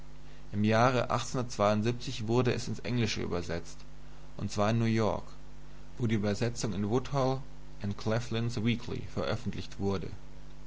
im jahre wurde es ins englische übersetzt und zwar in new york wo die übersetzung in woodhull claflin's weekly veröffentlicht wurde